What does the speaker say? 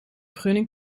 vergunning